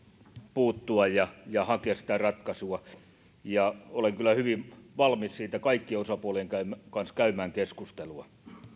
puuttua ja hakea sitä ratkaisua ja olen kyllä hyvin valmis siitä kaikkien osapuolien kanssa käymään keskustelua